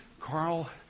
Carl